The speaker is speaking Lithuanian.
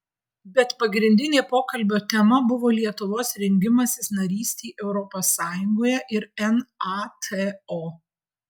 bet pagrindinė pokalbio tema buvo lietuvos rengimasis narystei europos sąjungoje ir nato